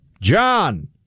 john